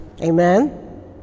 Amen